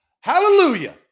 hallelujah